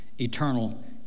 eternal